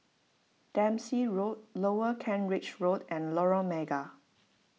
Dempsey Road Lower Kent Ridge Road and Lorong Mega